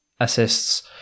assists